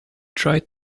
tried